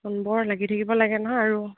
কোনবৰ লাগি থাকিব লাগে নহয় আৰু